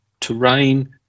terrain